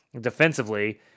defensively